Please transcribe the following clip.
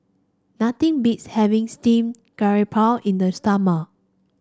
nothing beats having Steamed Garoupa in the summer